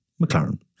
mclaren